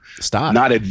Stop